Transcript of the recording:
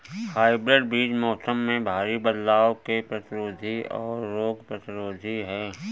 hybrid बीज मौसम में भारी बदलाव के प्रतिरोधी और रोग प्रतिरोधी हैं